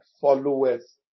followers